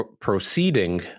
proceeding